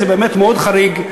זה באמת מאוד חריג.